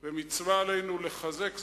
ומצווה עלינו לחזק זאת.